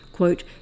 quote